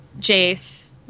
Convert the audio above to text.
Jace